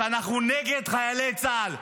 שאנחנו נגד חיילי צה"ל.